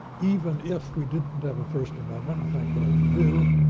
even if we didn't have a first amendment, and thank god we do,